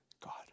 God